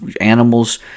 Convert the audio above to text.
animals